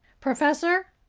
professor,